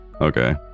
Okay